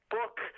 book